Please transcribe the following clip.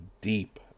Deep